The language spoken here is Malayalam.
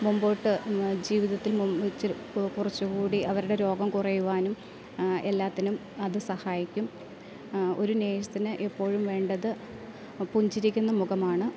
മുമ്പോട്ട് ജീവിതത്തിൽ കുറച്ചുകൂടി അവരുടെ രോഗം കുറയുവാനും എല്ലാത്തിനും അത് സഹായിക്കും ഒരു നേഴ്സിന് എപ്പോഴും വേണ്ടത് പുഞ്ചിരിക്കുന്ന മുഖമാണ്